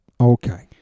Okay